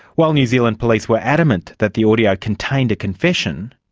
while new zealand police were adamant that the audio contained a confession,